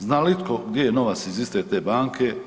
Zna li itko gdje je novac iz iste te banke?